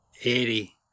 Eddie